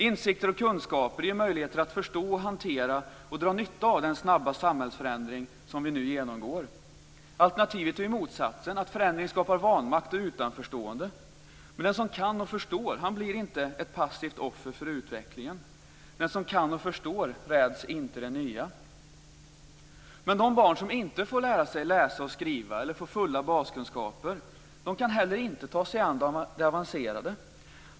Insikter och kunskaper ger möjligheter att förstå, hantera och dra nytta av den snabba samhällsförändring som vi nu genomgår. Alternativet är ju motsatsen; att förändring skapar vanmakt och utanförstående. Men den som kan och förstår blir inte ett passivt offer för utvecklingen. Den som kan och förstår räds inte det nya. Men de barn som inte får lära sig läsa och skriva eller som inte får fulla baskunskaper kan inte heller ta sig an det avancerade.